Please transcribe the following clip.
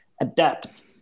adapt